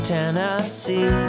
Tennessee